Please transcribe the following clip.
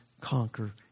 conquer